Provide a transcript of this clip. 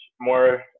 more